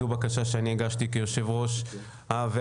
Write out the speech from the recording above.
הממשלה) זו בקשה שאני הגשתי כיושב ראש הוועדה.